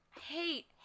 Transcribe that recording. hate